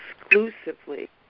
exclusively